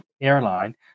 airline